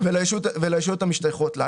המשתייכות לה".